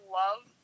love